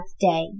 day